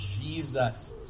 Jesus